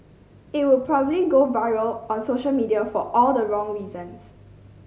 it would probably go viral on social media for all the wrong reasons